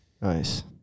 Nice